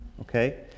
okay